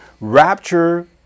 rapture